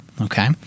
Okay